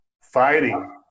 fighting